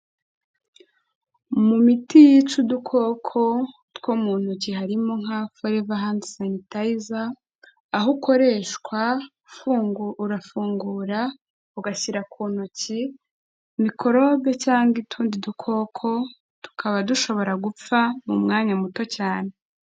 Mu miti yica udukoko two mu ntoki harimo nka Foreva handi sanitayiza, aho ukoreshwa, urafungura ugashyira ku ntoki, mikorobe cyangwa utundi dukoko tukaba dushobora gupfa mu mwanya muto cyane.